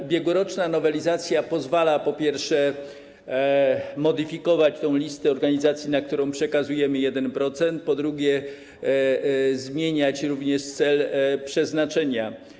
Ubiegłoroczna nowelizacja pozwala, po pierwsze, modyfikować listę organizacji, na które przekazujemy 1%, po drugie, zmieniać również cel przeznaczenia.